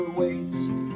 waste